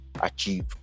achieve